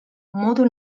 modu